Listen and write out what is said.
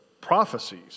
prophecies